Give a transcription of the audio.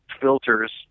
filters